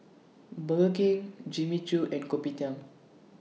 Burger King Jimmy Choo and Kopitiam